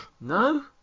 No